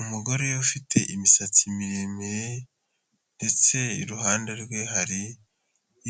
Umugore ufite imisatsi miremire ndetse iruhande rwe hari